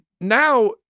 Now